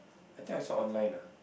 I think I saw online ah